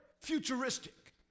futuristic